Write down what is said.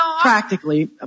practically